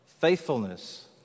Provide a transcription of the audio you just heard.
faithfulness